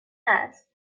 است